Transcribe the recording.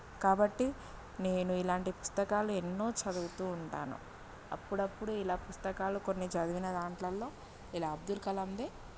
కాబట్టి నేను ఇలాంటి పుస్తకాలు ఎన్నో చదువుతూ ఉంటాను అప్పుడప్పుడు ఇలా పుస్తకాలు కొన్ని చదివిన దాంట్లల్లో ఇలా అబ్దుల్ కలాందే